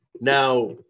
now